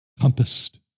compassed